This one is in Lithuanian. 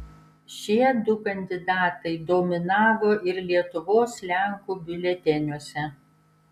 šie du kandidatai dominavo ir lietuvos lenkų biuleteniuose